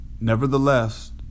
Nevertheless